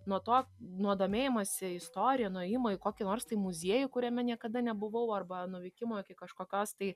nuo to nuo domėjimosi istorija nuo ėjimo į kokį nors tai muziejų kuriame niekada nebuvau arba nuvykimo iki kažkokios tai